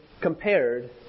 compared